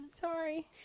Sorry